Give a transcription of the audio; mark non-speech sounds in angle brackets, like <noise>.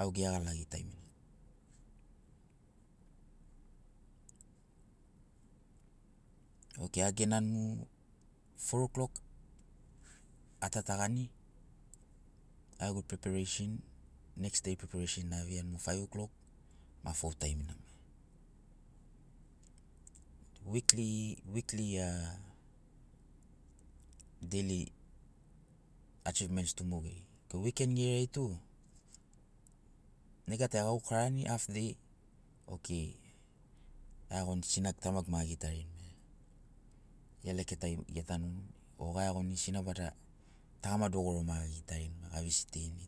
Au gegu iagalagi taimina, okei agenani mu fo- oklok atatagani au gegu pripereisin neks dei pripereisin na aveiani mo faiv oklok au gegu fou taimina. Mai <hesitation> wikli wikli, a deili achivments tu mogeri, okei wiken geriai tu nega tari agaukarani haf dei okei aiagoni sinagu tamagu ma agitarini maia. Gia leketai getanuni o gaiagoni sinabada tagama dogoro ma gagitarini ga- visitirini